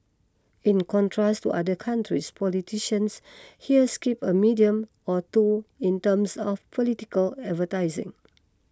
in contrast to other countries politicians here skip a medium or two in terms of political advertising